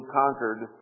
conquered